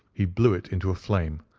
he blew it into a flame,